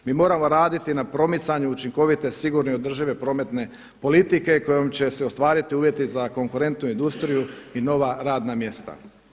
Mi moramo raditi na promicanju učinkovite, sigurne i održive prometne politike kojom će se ostvariti uvjeti za konkurentnu industriju i nova radna mjesta.